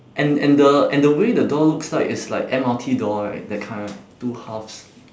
and and the and the way the door looks like is like M_R_T door right that kind right two halves